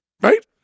right